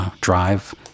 drive